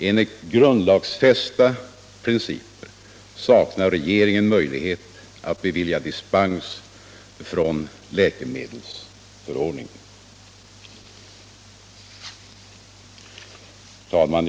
Enligt grundlagsfästa principer saknar regeringen möjlighet att bevilja dispens från läkemedelsförordningen. Herr talman!